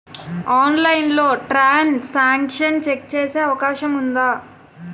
ఆన్లైన్లో transaction check చేసే అవకాశం ఉందా?